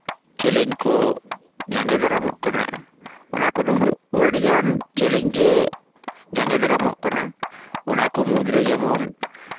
challenge ᱠᱚ ᱡᱟᱸᱜᱮ ᱫᱟᱨᱟᱢᱚᱜ ᱠᱟᱱᱟ ᱚᱱᱟ ᱠᱚᱫᱚ ᱟᱹᱰᱤᱜᱟᱱ ᱪᱮᱞᱮᱧᱡᱽ ᱜᱮ ᱡᱟᱸᱜᱮ ᱫᱟᱨᱟᱢᱚᱜ ᱠᱟᱱᱟ ᱚᱱᱟᱠᱚ ᱢᱩᱫᱽᱨᱮ ᱡᱮᱢᱚᱱ